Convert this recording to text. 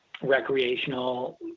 recreational